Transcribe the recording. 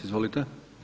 Izvolite.